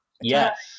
Yes